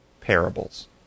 parables